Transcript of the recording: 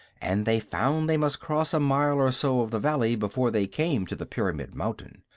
and they found they must cross a mile or so of the valley before they came to the pyramid mountain.